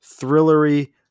thrillery